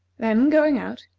then, going out,